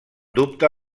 dubte